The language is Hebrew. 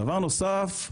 דבר נוסף,